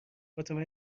فاطمه